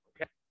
okay